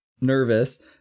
nervous